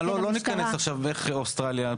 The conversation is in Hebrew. לא ניכנס עכשיו למה שקורה באוסטרליה.